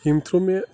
ییٚمۍ تھرٛوٗ مےٚ